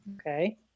Okay